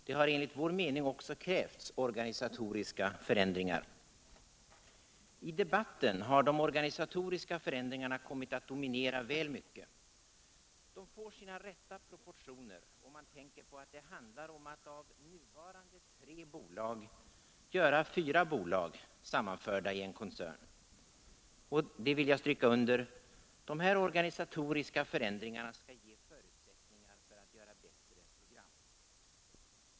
Det har enligt vår mening också krävts organisatoriska förändringar. I debatten har de organisatoriska förändringarna kommit att dominera väl mycket. De får sina rätta proportioner om man tänker på att det handlar om att av nuvarande tre bolag göra fyra bolag, sammanförda i en koncern. Och — det vill jag stryka under — dessa organisatoriska förändringar skall ge förutsättningar för att göra bättre program.